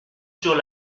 sur